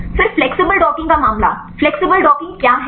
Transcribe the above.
फिर flexible docking का मामला फ्लेक्सिबल डॉकिंग क्या है